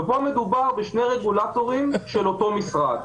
פה מדובר בשני רגולטורים של אותו משרד.